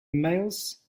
males